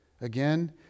again